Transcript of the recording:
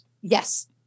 Yes